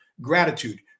Gratitude